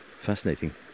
fascinating